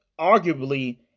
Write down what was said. arguably